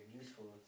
useful